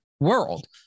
world